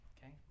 Okay